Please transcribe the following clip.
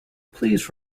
please